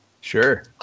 Sure